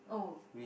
oh